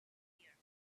here